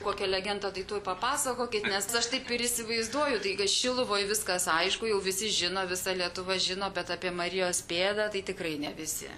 kokia legenda tai tuoj papasakokit nes aš taip ir įsivaizduoju taigi šiluvoj viskas aišku jau visi žino visa lietuva žino bet apie marijos pėdą tai tikrai ne visi